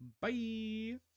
Bye